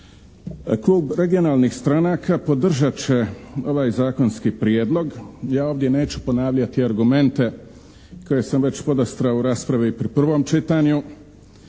Klub regionalnih stranaka podržat će ovaj zakonski prijedlog. Ja ovdje neću ponavljati argumente koje sam već podastrao u raspravi pri prvom čitanju.